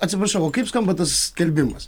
atsiprašau o kaip skamba tas skelbimas